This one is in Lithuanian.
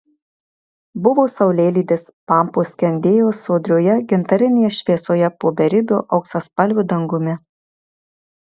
buvo saulėlydis pampos skendėjo sodrioje gintarinėje šviesoje po beribiu auksaspalviu dangumi